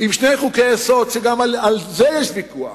שני חוקי-יסוד, וגם על זה יש ויכוח,